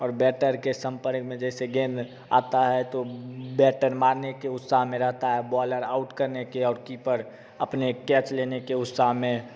और बैटर के संपर्क में जैसे गेंद आता है तो बैटर मारने के उत्साह में रहता है बॉलर आउट करने के और कीपर अपने कैच लेने के उत्साह में